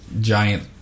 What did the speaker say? giant